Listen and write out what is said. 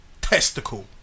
testicle